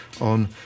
on